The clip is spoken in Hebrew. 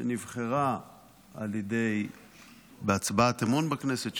שנבחרה בהצבעת אמון בכנסת,